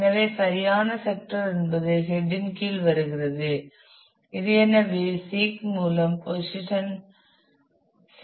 எனவே சரியான செக்ட்டர் என்பது ஹெட் இன் கீழ் வருகிறது இது ஏற்கனவே சீக் மூலம் போசிஷன் செய்யப்பட்டுள்ளது